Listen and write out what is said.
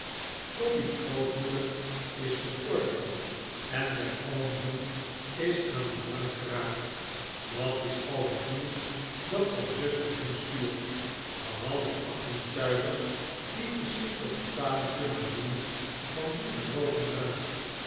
squeers cobby's grootmoeder is gestorven en zijn oom john is aan den drank geraakt dat is al het nieuws dat zijn zuster hem stuurt behalve achttien stuivers die precies tot betaling kunnen dienen van die gebroken ruit